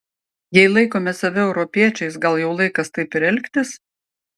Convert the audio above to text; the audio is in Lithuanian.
jei laikome save europiečiais gal jau laikas taip ir elgtis